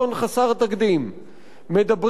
מדברים על תל-אביב,